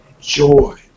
Joy